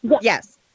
Yes